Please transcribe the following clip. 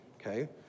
okay